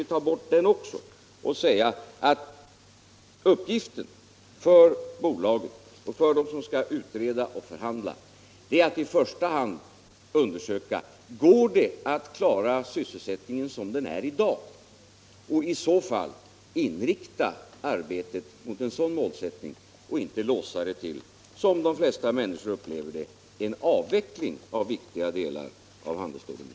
vi ta bort den också och säga, att uppgiften för bolaget och för dem Om innebörden av som skall utreda och förhandla är att i första hand undersöka om det = uttalanden angåengår att klara sysselsättningen så som den är i dag, inrikta arbetet mot — de den framtida en sådan målsättning och inte låsa det till en, som de flesta människor = produktionen av upplever det, avveckling av viktiga delar av handelsstålindustrin?